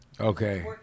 Okay